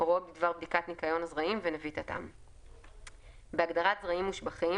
הוראות בדבר בדיקת ניקיון הזרעים ונביטתם,"; בהגדרת "זרעים מושבחים",